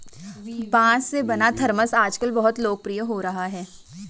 बाँस से बना थरमस आजकल बहुत लोकप्रिय हो रहा है